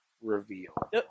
Reveal